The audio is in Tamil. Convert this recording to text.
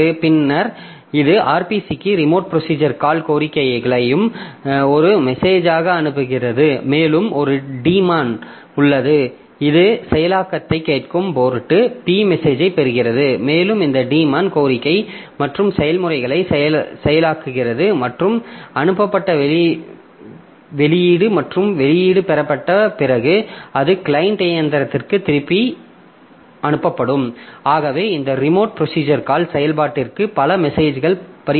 பின்னர் இது RPC க்கு ரிமோட் ப்ரோஸிஜர் காள் கோரிக்கையையும் ஒரு மெசேஜாக அனுப்புகிறது மேலும் ஒரு டீமான் உள்ளது இது செயலாக்கத்தைக் கேட்கும் போர்ட் P மெசேஜைப் பெறுகிறது மேலும் இந்த டீமான் கோரிக்கை மற்றும் செயல்முறைகளை செயலாக்குகிறது மற்றும் அனுப்பப்பட்ட வெளியீடு மற்றும் வெளியீடு பெறப்பட்ட பிறகு அது கிளையன்ட் இயந்திரத்திற்கு திருப்பி அனுப்பப்படும்